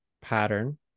pattern